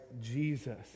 Jesus